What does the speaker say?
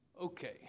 Okay